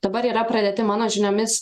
dabar yra pradėti mano žiniomis